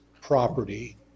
property